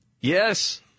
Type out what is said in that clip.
Yes